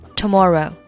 tomorrow